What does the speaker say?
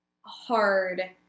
hard